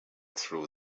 through